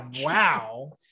wow